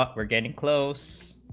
upward and in close